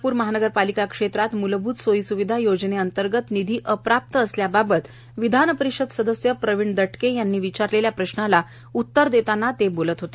नागपूर महानगरपालिका क्षेत्रात मूलभूत सोयीसुविधा योजनेअंतर्गत निधी अप्राप्त असल्याबाबत विधान परिषद सदस्य प्रवीण दटके यांनी विचारलेल्या प्रश्नाला उत्तर देताना ते बोलत होते